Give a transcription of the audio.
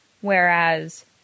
Whereas